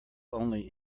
only